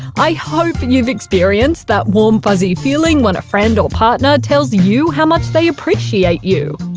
i hope and you've experienced that warm fuzzy feeling when a friend or partner tells you how much they appreciate you.